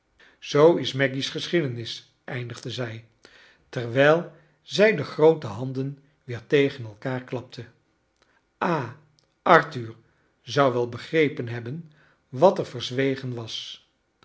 zoo is maggy's geschiedenis eindigde zij terwijl zij de groote handen weer tegen elkaar klapte ah arthur zou wel begre pen hebben wat er verzwegen was